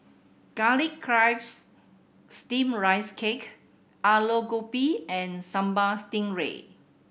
Garlic Chives Steamed Rice Cake Aloo Gobi and Sambal Stingray